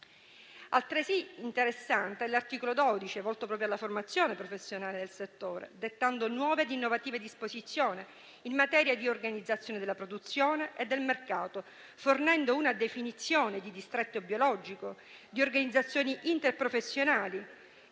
altresì interessante l'articolo 12, volto proprio alla formazione professionale del settore, dettando nuove ed innovative disposizioni in materia di organizzazione della produzione e del mercato, fornendo una definizione di distretto biologico, di organizzazioni interprofessionali,